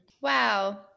Wow